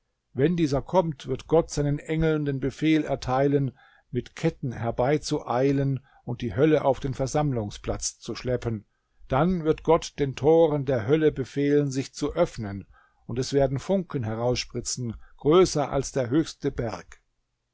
wenn dieser kommt wird gott seinen engeln den befehl erteilen mit ketten herbeizueilen und die hölle auf den versammlungsplatz zu schleppen dann wird gott den toren der hölle befehlen sich zu öffnen und es werden funken herausspritzen größer als der höchste berg